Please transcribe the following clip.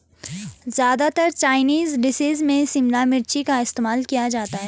ज्यादातर Chinese dishes में शिमला मिर्च का इस्तेमाल किया जाता है